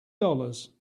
dollars